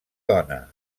dona